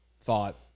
thought